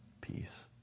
peace